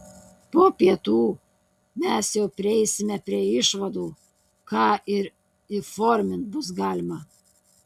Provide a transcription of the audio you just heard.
po pietų mes jau prieisime prie išvadų ką ir įformint bus galima